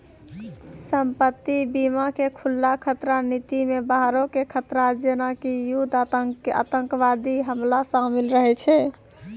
संपत्ति बीमा के खुल्ला खतरा नीति मे बाहरो के खतरा जेना कि युद्ध आतंकबादी हमला शामिल रहै छै